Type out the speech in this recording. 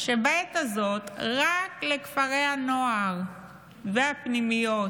שבעת הזאת, רק לכפרי הנוער והפנימיות